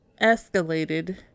escalated